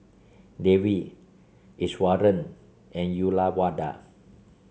Devi Iswaran and Uyyalawada